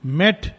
met